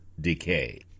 decay